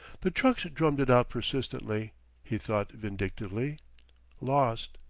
the trucks drummed it out persistently he thought, vindictively lost.